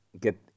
get